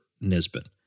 Nisbet